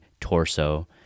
torso